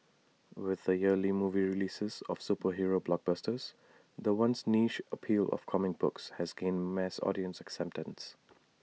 with the yearly movie releases of superhero blockbusters the once niche appeal of comic books has gained mass audience acceptance